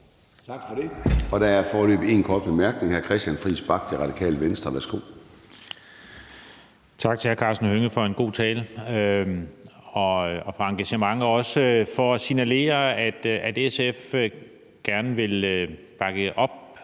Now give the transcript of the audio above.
Tak for det. Der er foreløbig en kort bemærkning fra hr. Christian Friis Bach, Radikale Venstre. Værsgo. Kl. 23:47 Christian Friis Bach (RV): Tak til hr. Karsten Hønge for en god tale og for engagementet og også for at signalere, at SF gerne vil bakke op